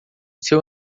seu